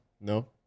No